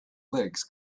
legs